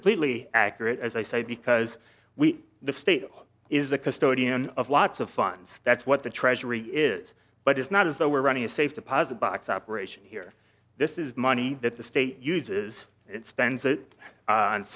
completely accurate as i say because we the state is the custodian of lots of fun stats what the treasury is but it's not as though we're running a safe deposit box operation here this is money that the state uses it spends it on